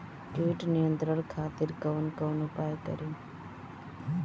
कीट नियंत्रण खातिर कवन कवन उपाय करी?